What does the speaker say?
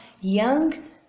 young